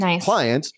clients